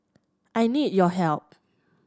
I need your help